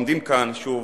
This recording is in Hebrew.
אנחנו בעצם עומדים כאן שוב